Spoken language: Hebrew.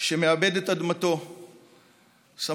שמעבד את אדמתו סמוך